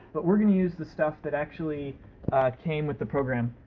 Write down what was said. but we're gonna use the stuff that actually came with the program.